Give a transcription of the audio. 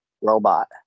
robot